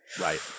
Right